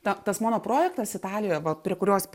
ta tas mano projektas italijoje va prie kurios